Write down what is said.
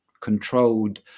controlled